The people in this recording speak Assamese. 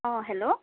অঁ হেল্ল'